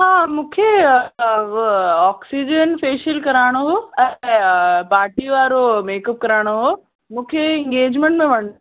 हा मूंखे उहो ऑक्सीजन फ़ेशियल कराइणो हो ऐं पार्टी वारो मेकअप कराइणो हो मूंखे इंगेजमेंट में वञिणो